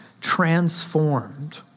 transformed